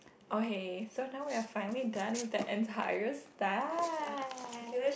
okay so now we're finally done with the entire stack